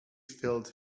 filled